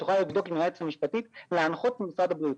את יכולה לבדוק עם היועצת המשפטית להנחות את משרד הבריאות.